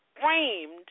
Framed